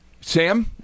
Sam